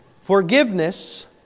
Forgiveness